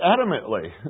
adamantly